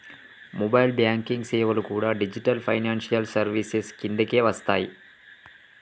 mobile banking సేవలు కూడా digital financial services కిందకే వస్తయ్యి